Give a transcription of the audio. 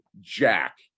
jack